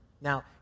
Now